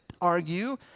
argue